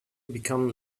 become